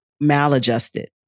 maladjusted